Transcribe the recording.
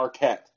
Arquette